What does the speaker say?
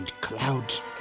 clouds